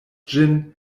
ĝin